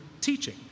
teaching